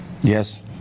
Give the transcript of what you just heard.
Yes